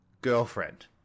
Girlfriend